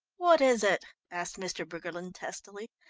what is it? asked mr. briggerland testily.